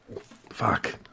Fuck